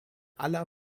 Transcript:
aller